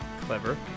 clever